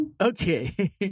Okay